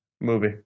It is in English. movie